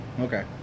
Okay